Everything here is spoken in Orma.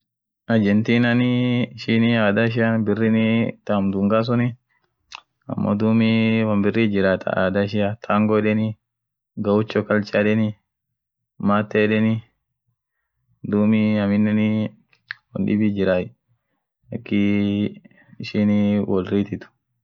Agerntinaniii ishin adhaa ishian birrini thamm. dhunga suuni ammo dhub won birrithi jirayyai thaa adha ishia tango yedheni ghaucho culture yedheni matee yedheni dhub aminen won dhibith jirayai akhii ishinii wol rithithu